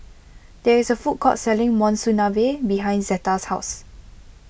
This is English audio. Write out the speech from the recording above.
there is a food court selling Monsunabe behind Zeta's house